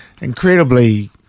incredibly